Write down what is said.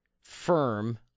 firm